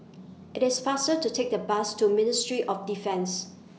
IT IS faster to Take The Bus to Ministry of Defence